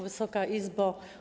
Wysoka Izbo!